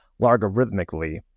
logarithmically